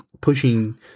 pushing